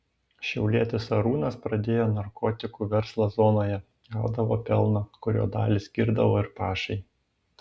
šiaulietis arūnas pradėjo narkotikų verslą zonoje gaudavo pelną kurio dalį skirdavo ir pašai